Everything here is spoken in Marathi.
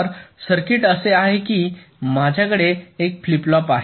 तर सर्किट असे आहे की माझ्याकडे एक फ्लिप फ्लॉप आहे